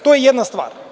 To je jedna stvar.